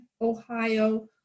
Ohio